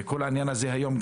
וכל העניין הזה היום,